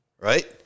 right